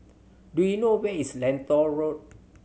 do you know where is Lentor Road